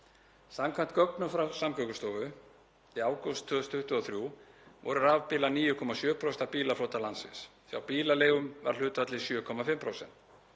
Samkvæmt gögnum frá Samgöngustofu í ágúst 2023 voru rafbílar 9,7% af bílaflota landsins. Hjá bílaleigum var hlutfallið 7,5%.